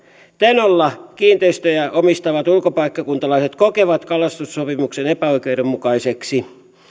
tenolla kiinteistöjä omistavat ulkopaikkakuntalaiset kokevat kalastussopimuksen epäoikeudenmukaiseksi